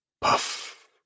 puff